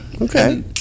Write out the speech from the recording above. okay